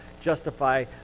justify